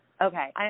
Okay